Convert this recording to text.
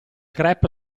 grap